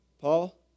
Paul